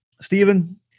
Stephen